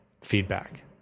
feedback